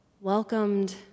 welcomed